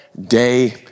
day